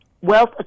wealth